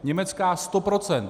Německá 100 %!